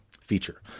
feature